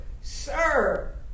sir